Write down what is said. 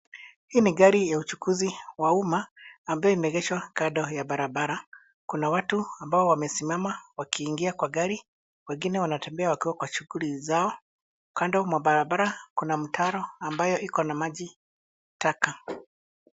Hii ni gari ya uchukuzi wa uma, ambaye imeegeshwa kando ya barabara. Kuna watu ambao wamesimama wakiingia kwa gari, wengine wanatembea wakiwa kwa shughuli zao. Kando mwa barabara, kuna mtaro ambayo iko na maji taka.